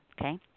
okay